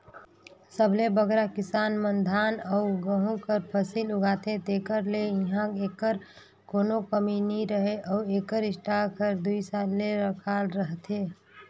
सबले बगरा किसान मन धान अउ गहूँ कर फसिल उगाथें तेकर ले इहां एकर कोनो कमी नी रहें अउ एकर स्टॉक हर दुई साल ले रखाल रहथे